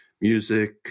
music